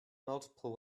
multiple